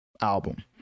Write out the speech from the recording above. album